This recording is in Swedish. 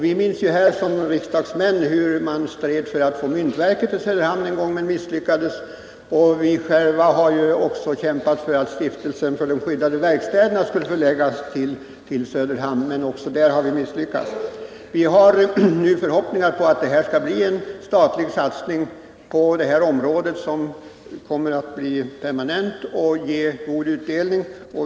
Vi riksdagsledamöter minns hur man en gång stred för att få myntverket utlokaliserat till Söderhamn men misslyckades med detta. Vi har också kämpat för att stiftelsen för de skyddade verkstäderna, dvs. Samhällsföretag, skulle förläggas till Söderhamn men inte heller haft framgång i denna strävan. Vi har nu förhoppningar om att det på det aktuella området skall göras en permanent statlig satsning, som skall ge god utdelning.